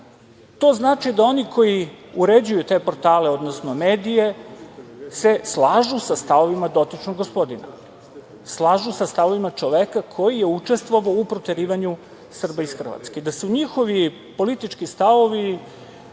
znači da oni koji uređuju te portale, odnosno medije, se slažu sa stavovima dotičnog gospodina. Slažu se sa stavovima čoveka koji je učestvovao u proterivanju Srba iz Hrvatske, da su njihovi politički stavovi